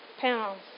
pounds